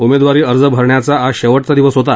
उमेदवारी अर्ज भरण्याचा आज शेवटचा दिवस होता